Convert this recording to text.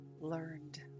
learned